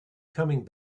coming